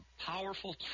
Powerful